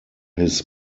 his